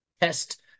test